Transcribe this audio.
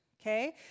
okay